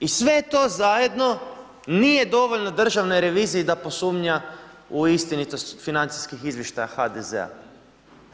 I sve to zajedno nije dovoljno državnoj reviziji da posumnja u istinitost financijskih izvještaja HDZ-a.